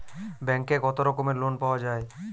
ব্যাঙ্কে কত রকমের লোন পাওয়া য়ায়?